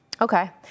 Okay